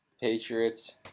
Patriots